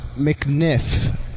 McNiff